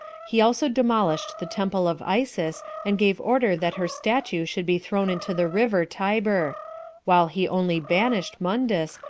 he also demolished the temple of isis, and gave order that her statue should be thrown into the river tiber while he only banished mundus,